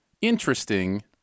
interesting